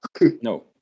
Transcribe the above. No